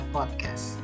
Podcast